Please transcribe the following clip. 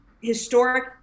historic